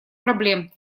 проблем